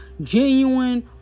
genuine